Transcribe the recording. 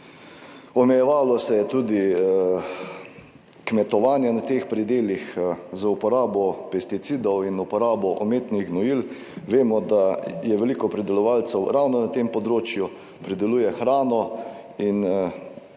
Omejevalo se je tudi kmetovanje na teh predelih z uporabo pesticidov in uporabo umetnih gnojil. Vemo, da veliko pridelovalcev ravno na tem področju prideluje hrano. In